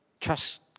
trust